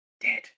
Dead